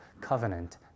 covenant